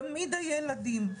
זה מה שהיה חשוב לי, תמיד הילדים.